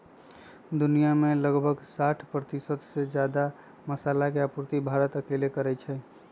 दुनिया में लगभग साठ परतिशत से जादा मसाला के आपूर्ति भारत अकेले करई छई